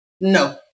No